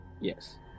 Yes